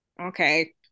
okay